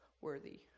worthy